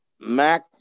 Mac